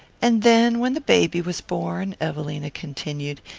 and then when the baby was born, evelina continued,